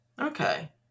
Okay